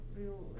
real